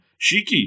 Shiki